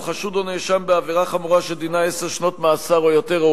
הוא חשוד או נאשם בעבירה חמורה שדינה עשר שנות מאסר או יותר,